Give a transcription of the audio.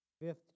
fifth